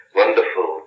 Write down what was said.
wonderful